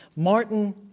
martin,